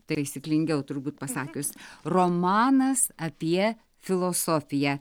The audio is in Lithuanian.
taisyklingiau turbūt pasakius romanas apie filosofiją